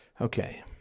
Okay